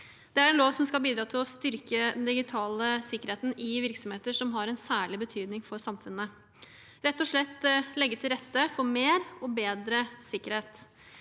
Det er en lov som skal bidra til å styrke den digitale sikkerheten i virksomheter som har en særlig betydning for samfunnet, rett og slett legge til rette for mer og bedre sikkerhet.